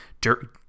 dirt